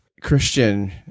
Christian